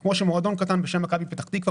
כמו שמועדון קטן בשם מכבי פתח תקווה,